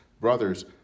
Brothers